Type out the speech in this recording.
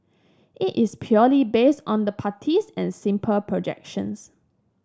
it is purely based on the parties and simple projections